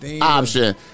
option